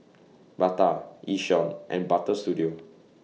Bata Yishion and Butter Studio